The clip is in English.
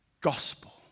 gospel